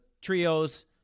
trios